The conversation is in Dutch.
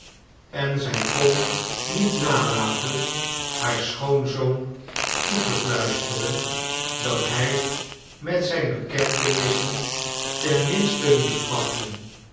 en zij kon niet nalaten haar schoonzoon toe te fluisteren dat hij met zijne bekentenissen ten minste moest wachten